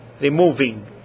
removing